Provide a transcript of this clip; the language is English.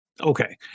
Okay